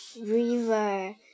river